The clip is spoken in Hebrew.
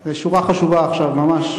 זאת שורה חשובה עכשיו ממש.